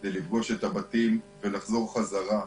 כדי לפגוש את הבתים ולחזור חזרה.